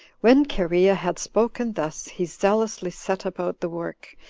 when cherea had spoken thus, he zealously set about the work,